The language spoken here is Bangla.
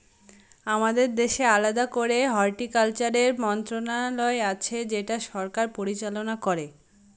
আমাদের দেশে আলাদা করে হর্টিকালচারের মন্ত্রণালয় আছে যেটা সরকার পরিচালনা করে